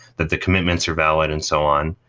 that the commitments are valid and so on.